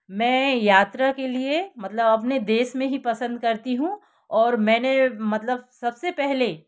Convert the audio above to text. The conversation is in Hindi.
मैं यात्रा के लिए मतलब अपने देश में ही पसंद करती हूँ और मैंने मतलब सबसे पहले